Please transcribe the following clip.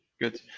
good